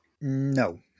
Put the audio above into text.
No